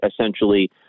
essentially